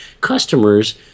customers